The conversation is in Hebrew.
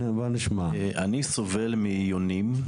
אני סובל מיונים.